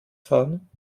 fahren